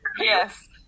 Yes